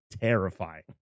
terrifying